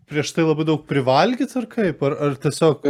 prieš tai labai daug privalgyt ar kaip ar ar tiesiog